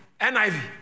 NIV